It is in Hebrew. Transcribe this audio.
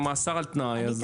או מאסר על תנאי.